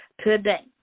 today